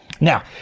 Now